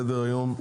על סדר-היום: